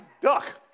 duck